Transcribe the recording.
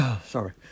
Sorry